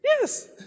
Yes